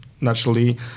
naturally